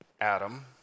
Adam